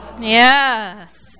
Yes